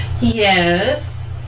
Yes